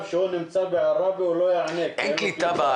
כשהוא נמצא בעראבה הוא לא יענה כי אין קליטה.